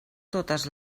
totes